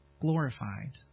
glorified